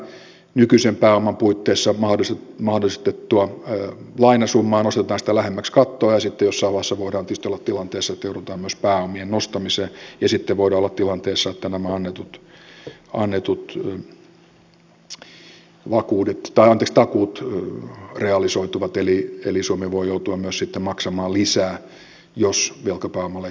käytetään sitä nykyisen pääoman puitteissa mahdollistettua lainasummaa nostetaan sitä lähemmäksi kattoa ja sitten jossain vaiheessa voidaan tietysti olla tilanteessa että joudutaan myös pääomien nostamiseen ja sitten voidaan olla tilanteessa että nämä annetut takuut realisoituvat eli suomi voi joutua myös sitten maksamaan lisää jos velkapääoman leikkauksia tehdään